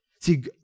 See